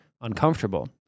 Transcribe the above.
uncomfortable